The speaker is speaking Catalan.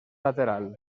lateral